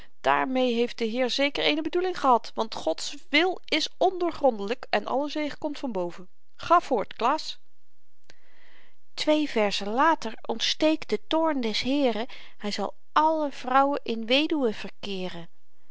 daarmeê heeft de heer zeker eene bedoeling gehad want gods wil is ondoorgrondelyk en alle zegen komt van boven ga voort klaas twee verzen later ontsteekt de toorn des heeren hy zal alle vrouwen in weduwen verkeeren